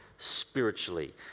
Spiritually